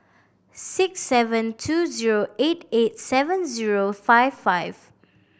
six seven two zero eight eight seven zero five five